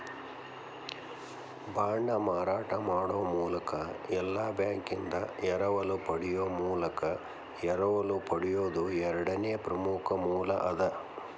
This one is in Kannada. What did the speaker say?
ಬಾಂಡ್ನ ಮಾರಾಟ ಮಾಡೊ ಮೂಲಕ ಇಲ್ಲಾ ಬ್ಯಾಂಕಿಂದಾ ಎರವಲ ಪಡೆಯೊ ಮೂಲಕ ಎರವಲು ಪಡೆಯೊದು ಎರಡನೇ ಪ್ರಮುಖ ಮೂಲ ಅದ